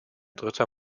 dritter